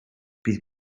bydd